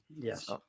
yes